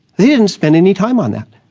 didn't spend any time on that.